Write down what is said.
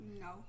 No